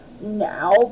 now